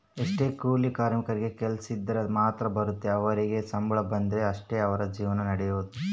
ಎಷ್ಟೊ ಕೂಲಿ ಕಾರ್ಮಿಕರಿಗೆ ಕೆಲ್ಸಿದ್ರ ಮಾತ್ರ ಬರುತ್ತೆ ಅವರಿಗೆ ಸಂಬಳ ಬಂದ್ರೆ ಅಷ್ಟೇ ಅವರ ಜೀವನ ನಡಿಯೊದು